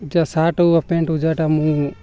shirt ବା pant ଯେଉଁଟା ମୁଁ